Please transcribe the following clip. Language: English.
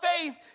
faith